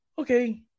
okay